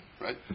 Right